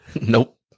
Nope